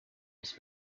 his